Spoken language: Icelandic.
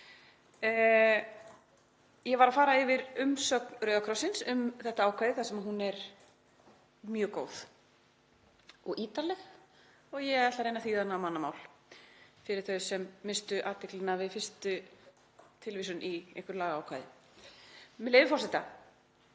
Ég var að fara yfir umsögn Rauða krossins um þetta ákvæði þar sem hún er mjög góð og ítarleg og ég ætla að reyna að þýða hana á mannamál fyrir þau sem misstu athyglina við fyrstu tilvísun í einhver lagaákvæði, með leyfi forseta: